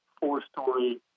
four-story